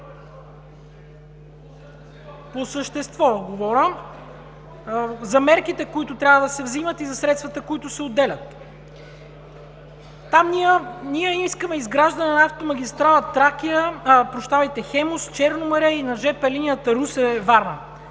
По същество говоря – за мерките, които трябва да се взимат, и за средствата, които се отделят. Там ние искаме изграждане на автомагистрала „Хемус“ – Черно море и на жп линията Русе – Варна.